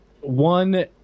one